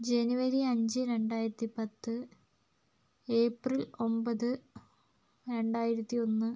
ജനുവരി അഞ്ച് രണ്ടായിരത്തി പത്ത് ഏപ്രിൽ ഒൻപത് രണ്ടായിരത്തി ഒന്ന്